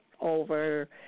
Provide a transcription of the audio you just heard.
over